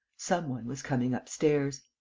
some one was coming upstairs.